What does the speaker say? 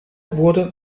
wurde